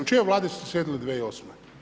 U čijoj Vladi ste sjedili 2008.